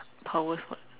powers what